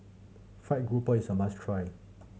fried grouper is a must try